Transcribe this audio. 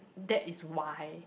that is why